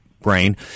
brain